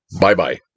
Bye-bye